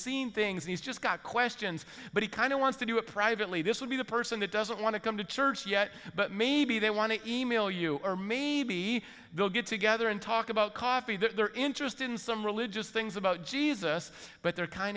seen things and he's just got questions but he kind of wants to do it privately this would be the person that doesn't want to come to church yet but maybe they want to e mail you or maybe they'll get together and talk about coffee they're interested in some religious things about jesus but they're kind